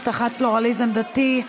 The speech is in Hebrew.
הבטחת פלורליזם דתי),